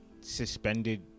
suspended